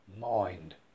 Mind